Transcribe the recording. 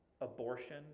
Abortion